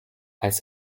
als